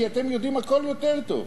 כי אתם יודעים הכול יותר טוב.